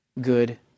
good